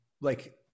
like-